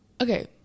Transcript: okay